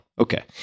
Okay